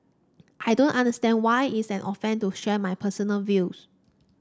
I don't understand why is an offence to share my personal views